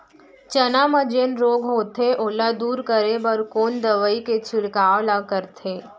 चना म जेन रोग होथे ओला दूर करे बर कोन दवई के छिड़काव ल करथे?